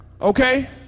Okay